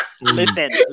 Listen